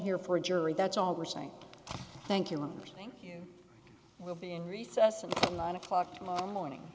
here for a jury that's all we're saying thank you and thank you we'll be in recess at nine o'clock tomorrow morning